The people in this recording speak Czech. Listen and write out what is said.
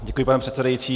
Děkuji, pane předsedající.